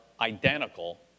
identical